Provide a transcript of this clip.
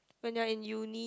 when you're in uni